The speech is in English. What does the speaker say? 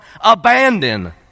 abandon